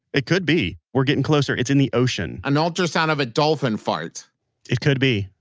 it could be. we're getting closer. it's in the ocean an ultrasound of a dolphin fart it could be.